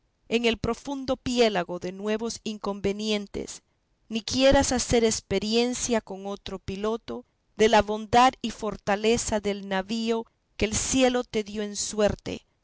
en el profundo piélago de nuevos inconvenientes ni quieras hacer experiencia con otro piloto de la bondad y fortaleza del navío que el cielo te dio en suerte